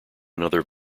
another